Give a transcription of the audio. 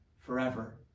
forever